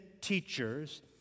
teachers